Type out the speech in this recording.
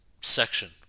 section